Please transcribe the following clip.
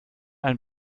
ein